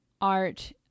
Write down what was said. art